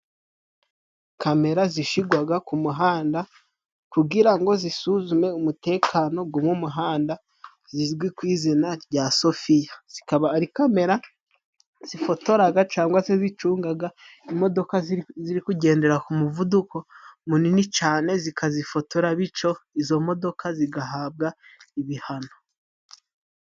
Kamera zishigwaga ku muhanda kugira ngo zisuzume umutekano gwo mu muhanda zizwi ku izina rya Sofiya. Zikaba ari kamera zifotoraga cangwa se zicungaga imodoka ziri kugendera ku muvuduko munini cane zikazifotora, bico izo modoka zigahabwa ibihano.